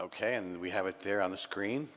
ok and we have it there on the screen